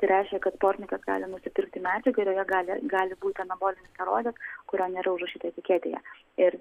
tai reiškia kad sportininkas gali nusipirkti medžiagą ir joje gali gali būti anabolinis steroidas kurio nėra užrašyta etiketėje ir